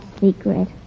secret